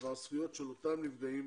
בדבר זכויות של אותם נפגעים